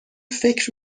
فکر